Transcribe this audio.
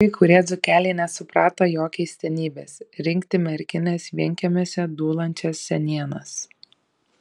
kai kurie dzūkeliai nesuprato jo keistenybės rinkti merkinės vienkiemiuose dūlančias senienas